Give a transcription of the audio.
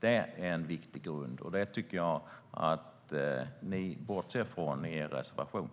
Det är en viktig grund som jag tycker att ni bortser från i er reservation.